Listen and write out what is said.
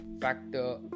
factor